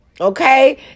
okay